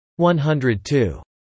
102